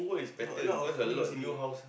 got a lot of new H_D_B ah